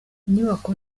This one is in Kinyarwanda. inyubako